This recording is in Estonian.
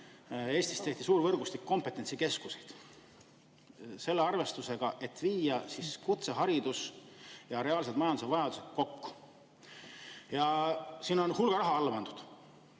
tehti Eestis suur võrgustik kompetentsikeskuseid, selle arvestusega, et viia kutseharidus ja reaalsed majanduse vajadused kokku. Sinna on hulk raha alla pandud.